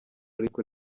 ariko